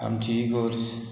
आमची इगोर्ज